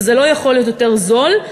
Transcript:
וזה לא יכול להיות יותר זול,